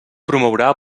promourà